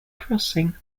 crossing